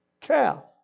calf